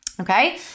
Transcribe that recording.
Okay